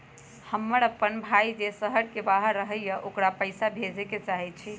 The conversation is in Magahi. हमर अपन भाई जे शहर के बाहर रहई अ ओकरा पइसा भेजे के चाहई छी